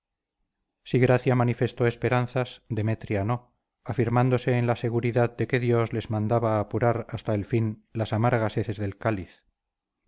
si gracia manifestó esperanzas demetria no afirmándose en la seguridad de que dios les mandaba apurar hasta el fin las amargas heces del cáliz